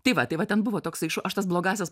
tai va tai va ten buvo toksai šuo aš tas blogąsias